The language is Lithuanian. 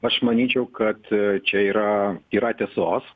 aš manyčiau kad čia yra yra tiesos